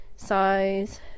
size